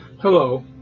Hello